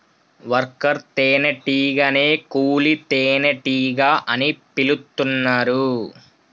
worker తేనే టీగనే కూలీ తేనెటీగ అని పిలుతున్నరు